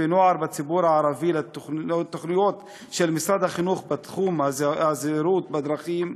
ונוער בציבור הערבי לתוכניות של משרד החינוך בתחום הזהירות בדרכים,